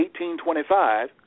1825